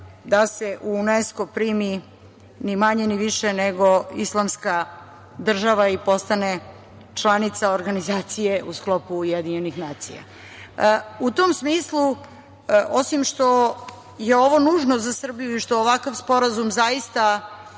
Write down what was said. da se u UNESKO primi ni manje ni više nego islamska država i postane članica organizacije u sklopu UN.U tom smislu osim što je ovo nužno za Srbiju i što ovakav sporazum zaista